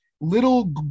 little